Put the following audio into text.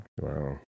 Wow